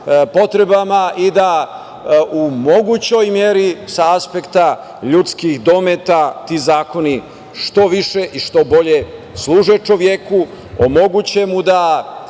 potrebama i da u mogućoj meri sa aspekta ljudskih dometa ti zakoni što više i što bolje služe čoveku, omoguće mu da